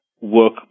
work